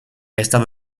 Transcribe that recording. estado